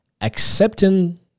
accepting